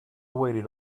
waited